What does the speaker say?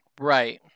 Right